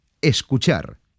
Escuchar